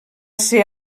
ser